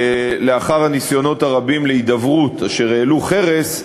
לאחר הניסיונות הרבים להידברות אשר העלו חרס,